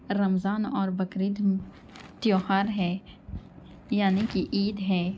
رمضان اور بقرعید تہوار ہے یعنی کہ عید ہے